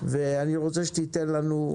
לא מממן עמותות,